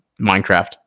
Minecraft